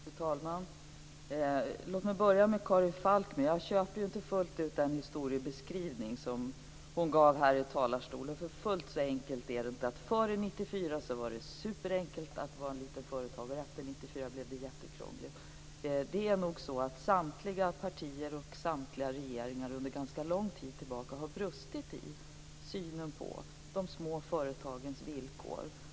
Fru talman! Låt mig börja med Karin Falkmer. Jag köper ju inte fullt ut den historieskrivning som hon gav här i talarstolen. Fullt så enkelt är det inte att före 1994 var det superenkelt att vara småföretagare och efter 1994 blev det jättekrångligt. Det är nog så att samtliga partier och samtliga regeringar under ganska lång tid tillbaka har brustit i synen på de små företagens villkor.